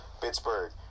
Pittsburgh